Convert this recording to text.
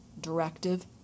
directive